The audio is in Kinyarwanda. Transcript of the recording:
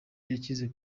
yakize